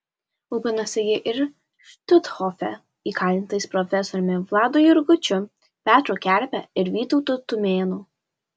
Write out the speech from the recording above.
rūpinosi ji ir štuthofe įkalintais profesoriumi vladu jurgučiu petru kerpe ir vytautu tumėnu